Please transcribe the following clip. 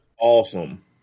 awesome